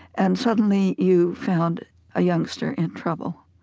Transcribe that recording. and suddenly you found a youngster in trouble.